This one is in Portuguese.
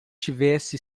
tivesse